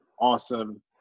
awesome